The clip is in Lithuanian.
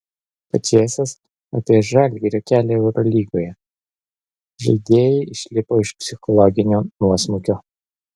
pačėsas apie žalgirio kelią eurolygoje žaidėjai išlipo iš psichologinio nuosmukio